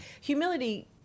Humility